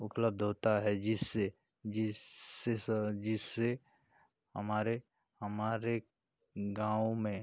उपलब्ध होता है जिससे जिससे सा जिससे हमारे हमारे गाँव में